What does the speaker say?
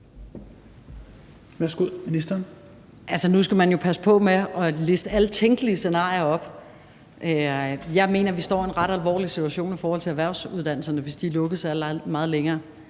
Rosenkrantz-Theil): Altså, nu skal man jo passe på med at liste alle tænkelige scenarier op. Jeg mener, at vi står i en ret alvorlig situation, hvis erhvervsuddannelserne er lukket særlig meget længere;